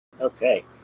Okay